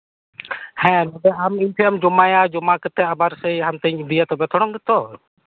ᱦᱮᱸ ᱟᱢ ᱤᱧᱴᱷᱮᱱᱮ ᱡᱚᱢᱟᱭᱟ ᱡᱚᱢᱟ ᱠᱟᱛᱮᱫ ᱟᱵᱟᱨ ᱥᱮᱭ ᱦᱟᱱᱛᱮᱧ ᱤᱫᱤᱭᱟ ᱛᱚᱵᱮ ᱛᱷᱚᱲᱟ ᱜᱮᱛᱚ